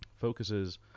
focuses